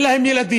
אין להם ילדים,